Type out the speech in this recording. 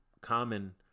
common